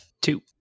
Two